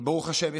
ברוך השם,